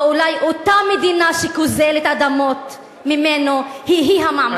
או אולי אותה מדינה שגוזלת אדמות ממנו היא היא המעמסה על אותו אזרח?